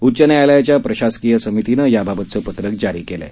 उच्च न्यायालयाच्या प्रशासकीय समितीनं याबाबतचं पत्रक जारी केलं आहे